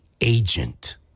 agent